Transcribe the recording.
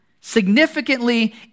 Significantly